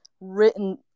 written